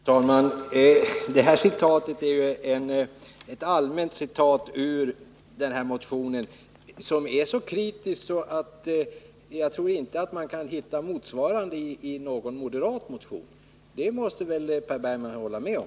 Fru talman! Det här citatet ur den socialdemokratiska motionen är ett 191 allmänt uttalande. Man är så kritisk att jag tror att det inte går att hitta något motsvarande i någon moderat motion. Det måste väl Per Bergman hålla med om.